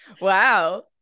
Wow